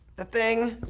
ah thing.